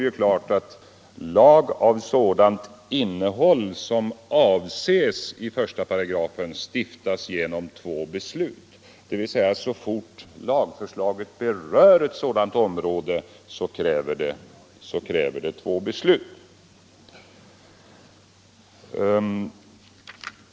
Det står klart: ”Lag av sådant innehåll som avses i 1 § stiftas genom två beslut”, dvs. så fort lagförslaget berör ett sådant område krävs det två beslut.